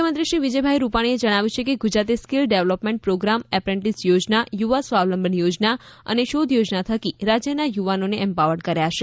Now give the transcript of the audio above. મુખ્યમંત્રી શ્રી વિજયભાઇ રૂપાણીએ જણાવ્યું છે કે ગુજરાતે સ્કિલ ડેવલપમેન્ટ પ્રોગ્રામ એપ્રેન્ટિસશીપ થોજના યુવા સ્વાવલંબન યોજના અને શોઘ થોજના થકી રાજ્યના યુવાનોને એમ્પાવર્ડ કર્યા છે